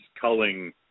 culling